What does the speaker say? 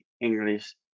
English